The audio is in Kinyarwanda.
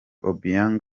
obiang